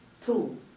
Two